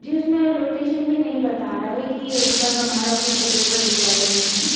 जी उसमें लोकेशन भी नहीं बता रहा है कि अभी तक हमारा फूड डिलेवर्ड हुआ है कि नहीं